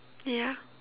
ya